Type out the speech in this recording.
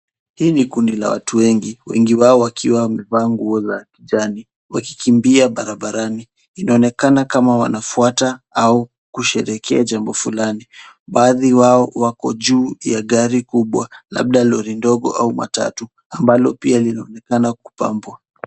Hili kundi la watu wengi, wengi wao wakiwa wamevaa nguo za kijani wakikimbia barabarani. Inaonekana kama wanafuata au kusherekea jambo fulani, baadhi yao wako juu ya gari kubwa labda lori ndogo au matatu ambalo pia linaonekana kupambwa.